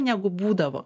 negu būdavo